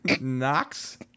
Knox